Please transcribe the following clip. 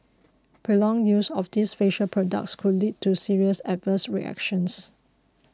prolonged use of these facial products could lead to serious adverse reactions